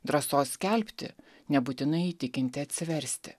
drąsos skelbti nebūtinai įtikinti atsiversti